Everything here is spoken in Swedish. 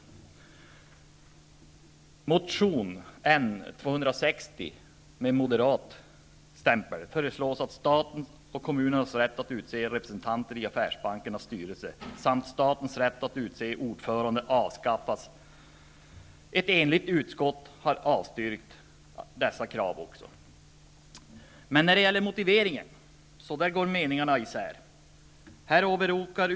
I motion N260, med moderat stämpel, föreslås att statens och kommunernas rätt att utse representanter i affärsbankernas styrelser samt statens rätt att utse ordförande avskaffas. Ett enigt utskott har avstyrkt dessa krav också, men när det gäller motiveringen går meningarna isär.